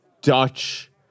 Dutch